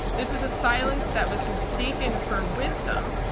this is a silence that was mistaken for wisdom.